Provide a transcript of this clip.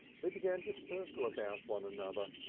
they began to circle about one another,